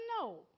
no